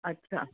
ਅੱਛਾ